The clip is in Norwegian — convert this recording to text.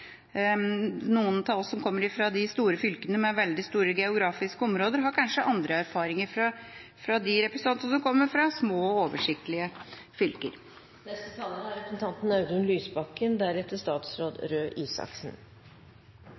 Noen av oss som kommer fra de store fylkene med veldig store geografiske områder, har kanskje andre erfaringer enn de representantene som kommer fra små og oversiktlige fylker. Selv om det ikke er